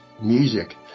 music